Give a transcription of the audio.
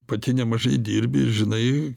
pati nemažai dirbi ir žinai